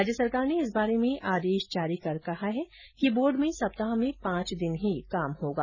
राज्य सरकार ने इस बारे में आदेश जारी कर कहा है कि बोर्ड में सप्ताह में पांच दिन ही कार्य होगा